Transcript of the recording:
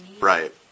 right